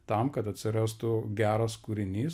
tam kad atsirastų geras kūrinys